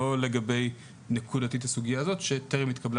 לא לגבי נקודתית הסוגייה הזו שטרם התקבלה